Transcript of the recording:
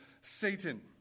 Satan